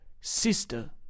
sister